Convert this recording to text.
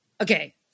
Okay